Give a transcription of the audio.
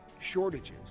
shortages